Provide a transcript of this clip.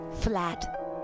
flat